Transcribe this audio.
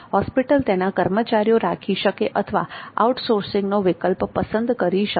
hospital તેના માટે કર્મચારીઓ રાખી શકે અથવા આઉટસોર્સિંગનો વિકલ્પ પસંદ કરી શકે